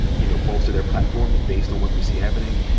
you know, bolster their platform is based on what we see happening,